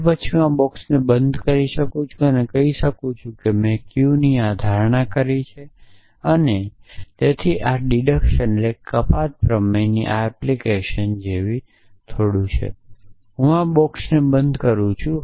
તે પછી હું આ બોક્સને બંધ કરી શકું છું અને કહી શકું છું કે મેં Q ની આ ધારણા કરી છે અને તેથી આ કપાત પ્રમેયની આ એપ્લિકેશન છે કે હું આ બોક્સને બંધ કરું છું